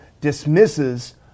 dismisses